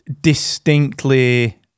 distinctly